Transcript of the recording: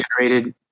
generated